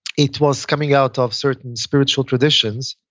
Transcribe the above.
it was coming out of certain spiritual traditions.